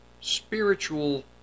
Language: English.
spiritual